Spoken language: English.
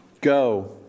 Go